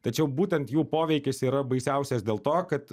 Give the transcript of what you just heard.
tačiau būtent jų poveikis yra baisiausias dėl to kad